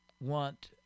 want